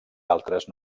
altres